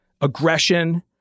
aggression